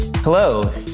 Hello